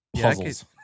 Puzzles